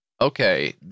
Okay